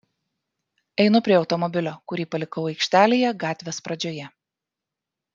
einu prie automobilio kurį palikau aikštelėje gatvės pradžioje